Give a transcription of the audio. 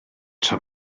tra